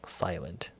silent